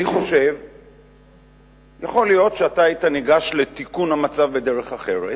יכול להיות שאתה היית ניגש לתיקון המצב בדרך אחרת,